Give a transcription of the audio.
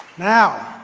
now,